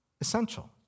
essential